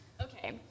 Okay